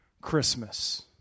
Christmas